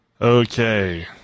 Okay